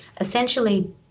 essentially